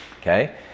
Okay